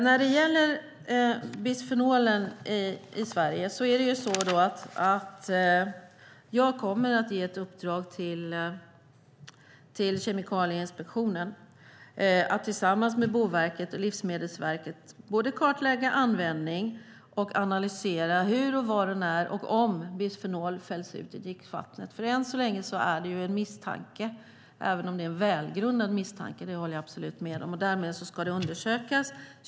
När det gäller bisfenolen i Sverige kommer jag att ge ett uppdrag till Kemikalieinspektionen att tillsammans med Boverket och Livsmedelsverket både kartlägga användning och analysera hur, var, när och om bisfenol fälls ut i dricksvattnet. Än så länge är det en misstanke, även om det är en välgrundad misstanke - det håller jag absolut med om. Därmed ska det undersökas.